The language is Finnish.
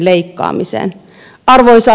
arvoisa puhemies